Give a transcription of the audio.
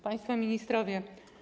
Państwo Ministrowie!